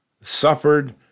suffered